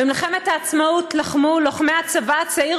במלחמת העצמאות לחמו לוחמי הצבא הצעיר